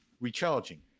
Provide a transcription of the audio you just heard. recharging